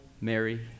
Mary